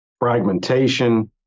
fragmentation